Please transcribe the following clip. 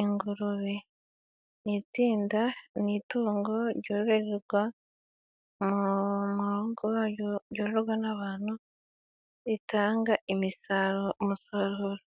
ingurube. Ni itungo ryororerwa mu rugo ryororwa n'abantu ritanga umusaruro.